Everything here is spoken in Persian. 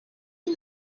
این